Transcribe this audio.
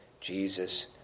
Jesus